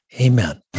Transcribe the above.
Amen